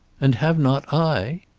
and have not i?